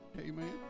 Amen